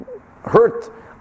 hurt